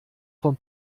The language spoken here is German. vom